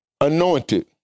anointed